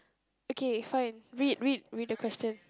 okay fine read read read the question